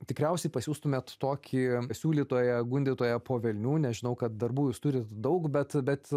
tikriausiai pasiųstumėt tokį siūlytoją gundytoją po velnių nes žinau kad darbų jūs turit daug bet bet